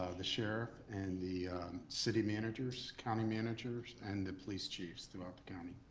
ah the sheriff, and the city managers, county managers, and the police chiefs throughout the county.